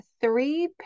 three